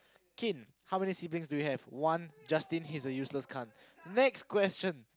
kin how many siblings do you have one Justin he's a useless cunt next question